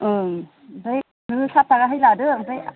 ओं ओमफाय नोङो सात थाखाहै लादो ओमफाय